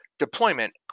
Deployment